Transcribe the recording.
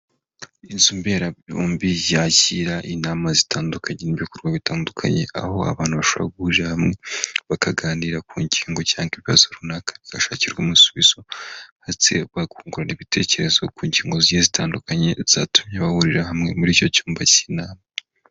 Inzu mberabyombi yakira inama zitandukanye n'ibikorwa bitandukanye, aho abantu bashobora guhurira hamwe, bakaganira ku ngingo cyangwa ibibazo runaka zigashakirwa umusubizo ndetse bakungurana ibitekerezo ku ngingo zitandukanye zatumye bahurira hamwe, muri icyo cyumba cy'inama.